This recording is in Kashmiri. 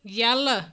یلہٕ